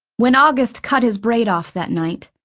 when august cut his braid off that night,